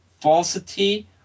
falsity